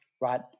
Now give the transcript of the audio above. right